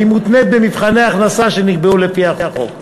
והיא מותנית במבחני הכנסה שנקבעו לפי החוק.